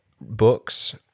books